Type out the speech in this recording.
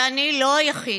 ואני לא היחיד.